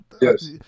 yes